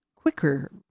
quicker